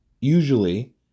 usually